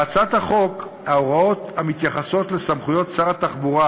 בהצעת החוק יש הוראות המתייחסות לסמכויות שר התחבורה